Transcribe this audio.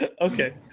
Okay